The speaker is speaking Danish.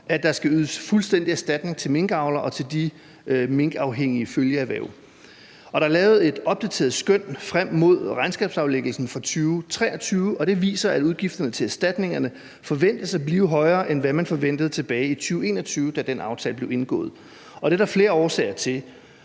at der skal ydes fuldstændig erstatning til minkavlere og til de minkafhængige følgeerhverv. Der er lavet et opdateret skøn frem mod regnskabsaflæggelsen for 2023, og det viser, at udgifterne til erstatningerne forventes at blive højere, end hvad man forventede tilbage i 2021, da den aftale blev indgået. Og det er der flere årsager til.